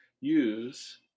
use